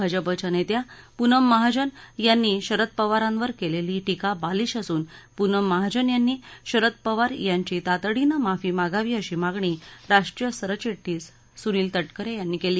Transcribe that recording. भाजपच्या नेत्या पूनम महाजन यांनी शरद पवारांवर केलली टीका बालिश असून पूनम महाजन यांनी शरद पवार यांची तातडीनं माफी मागावी अशी मागणी राष्ट्रीय सरचिटणीस सुनील तटकरे यांनी केली